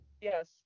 Yes